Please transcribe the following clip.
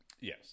Yes